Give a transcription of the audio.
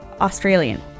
Australian